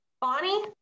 Bonnie